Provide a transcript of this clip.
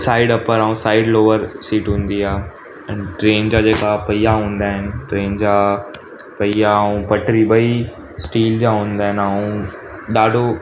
side upper ऐं side lower seat हूंदी आहे ट्रेन जा जेका पहिया हूंदा आहिनि ट्रेन जा पहिया ऐं पटरी ॿई स्टील जा हूंदा आहिनि ऐं ॾाढो